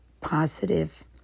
positive